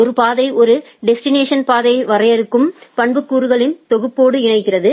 ஒரு பாதை ஒரு டெஸ்டினேஷனுக்கான பாதையை விவரிக்கும் பண்புக்கூறுகளின் தொகுப்போடு இணைக்கிறது